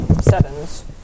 sevens